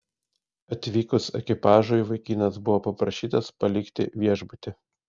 atvykus ekipažui vaikinas buvo paprašytas palikti viešbutį